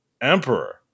Emperor